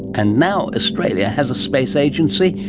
and now australia has a space agency,